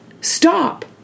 Stop